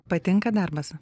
patinka darbas